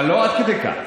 אבל לא עד כדי כך.